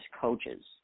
coaches